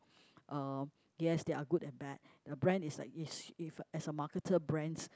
um yes there are good and bad the brand is like it's as a marketer brands